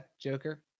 Joker